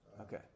Okay